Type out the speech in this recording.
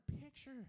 picture